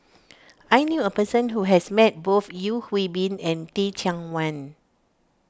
I knew a person who has met both Yeo Hwee Bin and Teh Cheang Wan